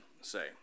say